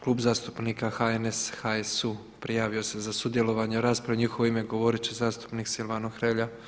Klub zastupnika HNS-HSU-a prijavo se za sudjelovanje u raspravi i u njihovo ime govorit će zastupnik Silvano Hrelja.